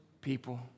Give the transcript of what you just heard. people